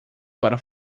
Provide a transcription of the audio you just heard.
para